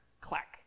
Clack